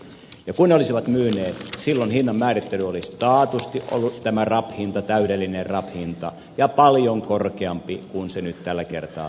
ja kun ne olisivat myyneet silloin hinnan määrittely olisi taatusti ollut tämä täydellinen rab hinta ja paljon korkeampi kuin se nyt tällä kertaa olisi ollut